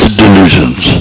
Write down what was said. delusions